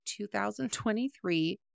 2023